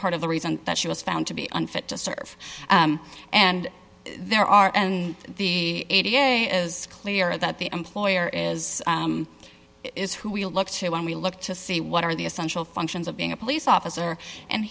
part of the reason that she was found to be unfit to serve and there are and the f d a is clear that the employer is is who we look to when we look to see what are the essential functions of being a police officer and